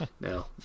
No